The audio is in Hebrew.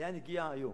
ולאן הגיעה היום,